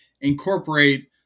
incorporate